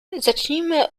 zacznijmy